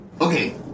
Okay